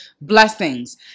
blessings